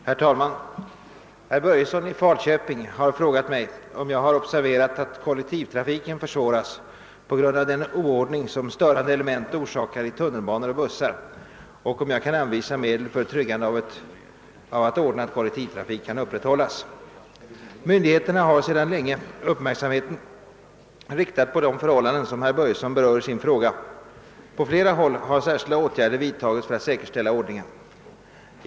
Herr talman! Herr Börjesson i Falköping har frågat justitieministern om han har observerat att kollektivtrafiken försvåras på grund av den oordning som störande element orsakar i tunnelbanor och bussar och om jag kan anvisa medel för tryggande av att ordnad kollektivtrafik kan upprätthållas. Myndigheterna har sedan länge uppmärksamheten riktad på de förhållanden som herr Börjesson berör i sin fråga. På flera håll har särskilda åtgärder vidtagits för att säkerställa ordningen.